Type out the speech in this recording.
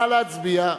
נא להצביע.